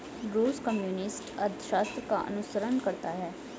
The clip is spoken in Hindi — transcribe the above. रूस कम्युनिस्ट अर्थशास्त्र का अनुसरण करता है